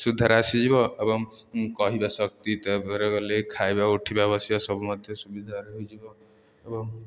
ସୁଧାର ଆସିଯିବ ଏବଂ କହିବା ଶକ୍ତି ତା'ପରେ ଗଲେ ଖାଇବା ଉଠିବା ବସିବା ସବୁ ମଧ୍ୟ ସୁବିଧାରେ ହୋଇଯିବ ଏବଂ